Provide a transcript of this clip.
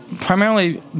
primarily